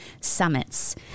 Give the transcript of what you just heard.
summits